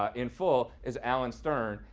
ah in full is alan stern.